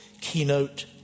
keynote